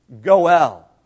Goel